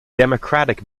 democratic